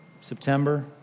September